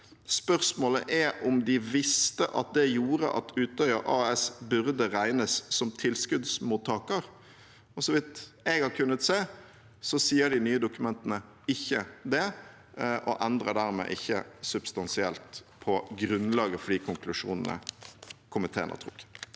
Spørsmålet er om de visste at det gjorde at Utøya AS burde regnes som tilskuddsmottaker. Så vidt jeg har kunnet se, sier de nye dokumentene ikke det, og de endrer dermed ikke substansielt på grunnlaget for de konklusjonene komiteen har trukket.